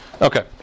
Okay